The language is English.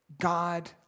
God